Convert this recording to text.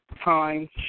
time